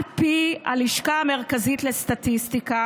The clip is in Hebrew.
על פי הלשכה המרכזית לסטטיסטיקה,